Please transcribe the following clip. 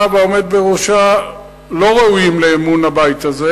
והעומד בראשה לא ראויים לאמון הבית הזה,